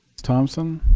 thompson?